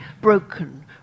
broken